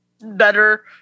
better